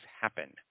happen